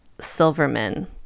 Silverman